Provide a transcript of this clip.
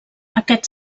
aquest